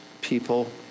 people